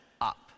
up